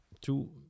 two